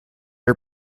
are